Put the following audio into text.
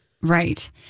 Right